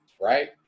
right